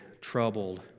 troubled